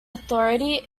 authority